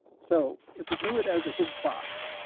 so if we drew it as a big box,